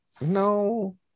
no